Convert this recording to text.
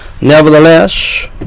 Nevertheless